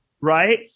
Right